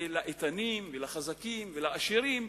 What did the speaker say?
ולאיתנים ולחזקים ולעשירים,